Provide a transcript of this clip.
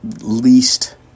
least